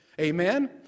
Amen